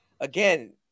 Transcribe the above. Again